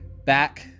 back